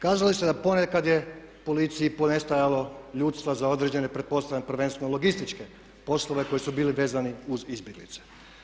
Kazali ste da ponekad je policiji ponestajalo ljudstva za određene, pretpostavljam, prvenstveno logističke poslove koji su bili vezani uz izbjeglice.